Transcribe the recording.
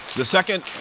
the second